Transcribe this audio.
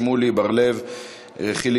איציק שמולי,